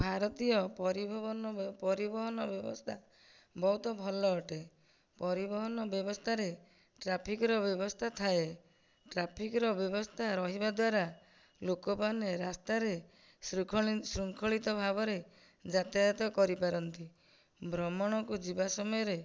ଭାରତୀୟ ପରିଭବନ ପରିବହନ ବ୍ୟବସ୍ଥା ବହୁତ ଭଲ ଅଟେ ପରିବହନ ବ୍ୟବସ୍ଥାରେ ଟ୍ରାଫିକ୍ର ବ୍ୟବସ୍ଥା ଥାଏ ଟ୍ରାଫିକ୍ର ବ୍ୟବସ୍ଥା ରହିବା ଦ୍ୱାରା ଲୋକମାନେ ରାସ୍ତାରେ ଶୃଙ୍ଖ ଶୃଙ୍ଖଳିତ ଭାବରେ ଯାତାୟାତ କରିପାରନ୍ତି ଭ୍ରମଣକୁ ଯିବା ସମୟରେ